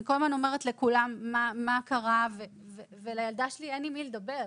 אני כל הזמן אומרת לכולם מה קרה אבל לילדה שלי אין עם מי לדבר.